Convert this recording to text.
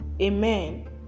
Amen